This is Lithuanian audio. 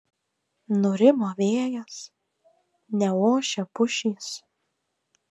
nurimo vėjas neošia pušys